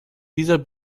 dieser